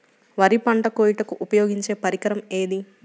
వరి పంట కోయుటకు ఉపయోగించే పరికరం ఏది?